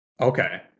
Okay